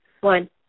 One